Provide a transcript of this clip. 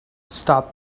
stop